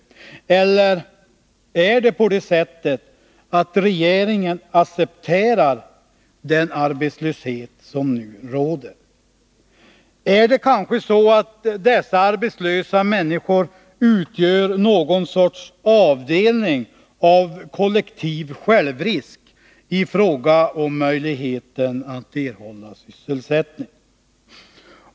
Eller är det på det sättet att regeringen accepterar den arbetslöshet som nu råder? Utgör kanske dessa arbetslösa människor någon sorts avdelning av kollektiv självrisk i fråga om möjligheten att erhålla sysselsättning?